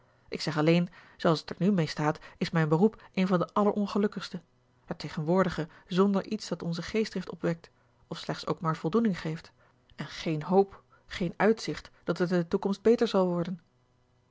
ik zeg alleen zooals het er nu mee staat is mijn beroep een van de allerongelukkigste het tegenwoordige zonder iets dat onze geestdrift opwekt of slechts ook maar voldoening geeft en geene hoop geen uitzicht dat het in de toekomst beter zal worden